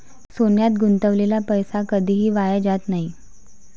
सोन्यात गुंतवलेला पैसा कधीही वाया जात नाही